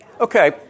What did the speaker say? Okay